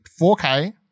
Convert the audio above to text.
4K